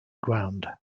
ground